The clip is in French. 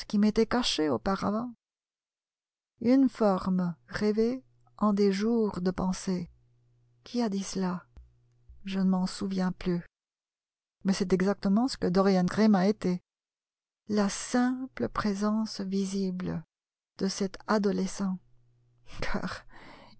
qui m'était cachée auparavant une forme rêvée en des jours de pensée qui a dit cela je ne m'en souviens plus mais c'est exactement ce que dorian gray m'a été la simple présence visible de cet adolescent